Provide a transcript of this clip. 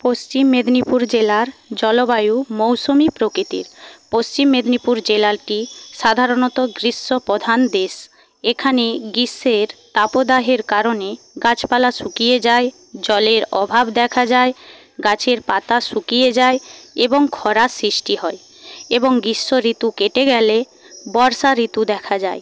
পশ্চিম মেদিনীপুর জেলার জলবায়ু মৌসুমি প্রকৃতির পশ্চিম মেদিনীপুর জেলাটি সাধারণত গ্রীষ্মপ্রধান দেশ এখানে গ্রীষ্মের দাবদাহের কারণে গাছপালা শুকিয়ে যায় জলের অভাব দেখা যায় গাছের পাতা শুকিয়ে যায় এবং খরার সৃষ্টি হয় এবং গ্রীষ্ম ঋতু কেটে গেলে বর্ষা ঋতু দেখা যায়